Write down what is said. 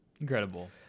Incredible